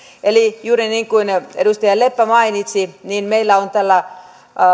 eli juuri niin kuin edustaja leppä mainitsi meillä on tällä